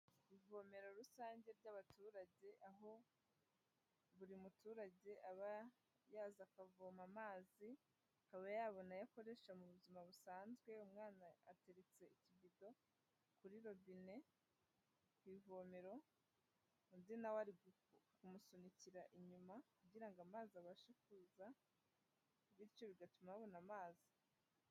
Ivomero rusange by'abaturage, aho buri muturage aba yaza akavoma amazi akaba yabona ayo akoresha mu buzima busanzwe, umwana ateretse ikibido kuri robine ku ivomero, undi nawe ari kumusunikira inyuma kugira ngo amazi abashe kuza bityo bigatuma babona amazi.